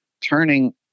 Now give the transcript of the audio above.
turning